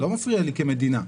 לא מפריע לי כמדינה.